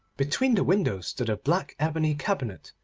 between the windows stood a black ebony cabinet,